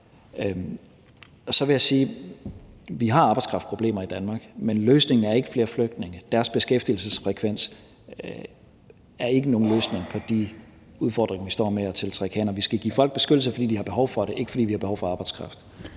vi har arbejdskraftproblemer i Danmark, men løsningen er ikke flere flygtninge. Med deres beskæftigelsesfrekvens er det ikke nogen løsning på de udfordringer, vi står med, med at tiltrække hænder. Vi skal give folk beskyttelse, fordi de har behov for det, ikke fordi vi har behov for arbejdskraft.